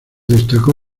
destacó